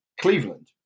cleveland